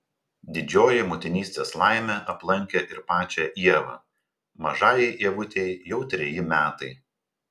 didžioji motinystės laimė aplankė ir pačią ievą mažajai ievutei jau treji metai